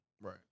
Right